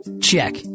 Check